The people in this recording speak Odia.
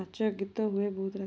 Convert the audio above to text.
ନାତ ଗୀତ ହୁଏ ବହୁତ ରାତିରେ